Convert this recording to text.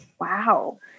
Wow